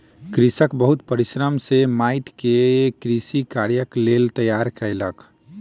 कृषक बहुत परिश्रम सॅ माइट के कृषि कार्यक लेल तैयार केलक